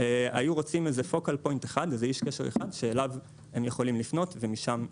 היו רוצים איזה איש קשר אחד שאליו הם יכולים לפנות ומשם להתרחב.